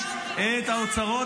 כולכם כאן צריכים להצביע בעד החוק הזה.